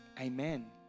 amen